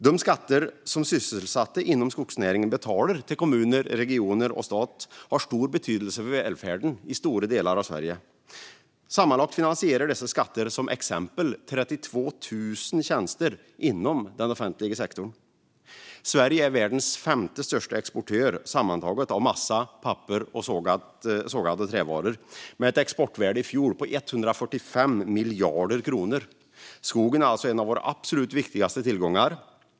De skatter som sysselsatta inom skogsnäringen betalar till kommuner, regioner och stat har stor betydelse för välfärden i stora delar av Sverige. Sammanlagt finansierar dessa skatter till exempel 32 000 tjänster inom den offentliga sektorn. Sverige är världens femte största exportör sammantaget av massa, papper och sågade trävaror med ett exportvärde i fjol på 145 miljarder kronor. Skogen är alltså en av våra absolut viktigaste tillgångar.